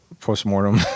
post-mortem